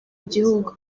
igihugu